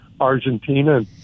Argentina